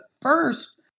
first